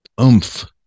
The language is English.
oomph